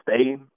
stay